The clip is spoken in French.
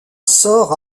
sort